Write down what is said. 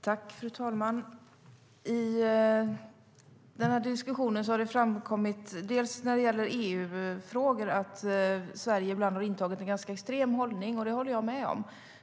Fru talman! I den här diskussionen har det framförts att Sverige bland annat i EU-frågor ibland intagit en ganska extrem hållning, och det håller jag med om.